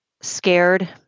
scared